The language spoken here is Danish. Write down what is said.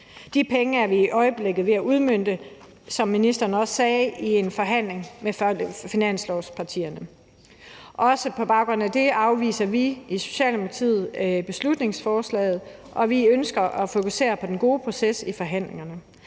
udmønte – hvilket ministeren også sagde – i en forhandling med finanslovspartierne. Også på baggrund af det afviser vi i Socialdemokratiet beslutningsforslaget, og vi ønsker at fokusere på den gode proces i forhandlingerne.